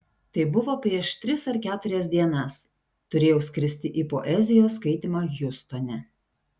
tai buvo prieš tris ar keturias dienas turėjau skristi į poezijos skaitymą hjustone